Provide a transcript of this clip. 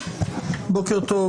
בוקר טוב